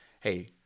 hey